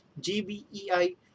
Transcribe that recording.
gbei